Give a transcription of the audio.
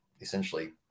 essentially